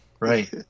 Right